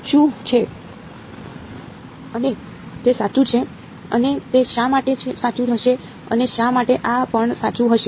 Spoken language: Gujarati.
શું છે અને તે સાચું છે અને તે શા માટે સાચું હશે અને શા માટે આ પણ સાચું હશે